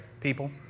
people